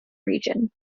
region